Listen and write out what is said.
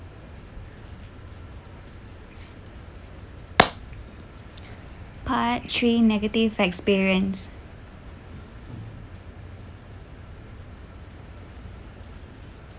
part three negative experience